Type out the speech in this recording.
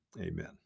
Amen